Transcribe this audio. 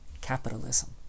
capitalism